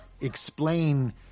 explain